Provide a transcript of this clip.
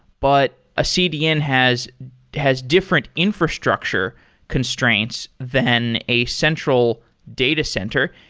but a cdn has has different infrastructure constraints than a central data center.